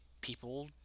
people